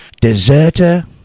deserter